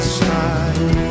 side